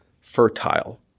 fertile